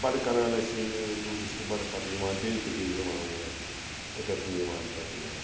بَڑٕ کران ٲسۍ یِم ٹوٗرِسٹ بَڑٕ پَتہٕ یِوان بیٚیہِ تہٕ بیٚیہِ یِوان اور اوٚتَتھ یِوان پَتہٕ اور